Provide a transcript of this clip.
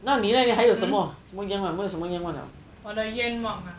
那你还有什么愿望